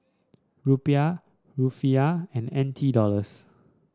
Rupiah Rufiyaa and N T Dollars